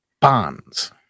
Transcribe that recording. bonds